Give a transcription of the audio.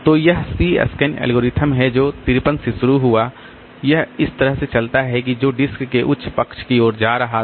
तो यह C scan algorithm है जो 53 से शुरू हुआ यह इस तरह से चलता है की जो डिस्क के उच्च पक्ष की ओर जा रहा था